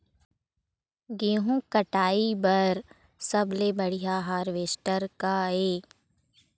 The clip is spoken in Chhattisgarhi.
गेहूं कटाई बर सबले बढ़िया हारवेस्टर का ये?